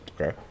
Okay